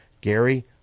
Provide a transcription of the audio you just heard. Gary